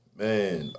man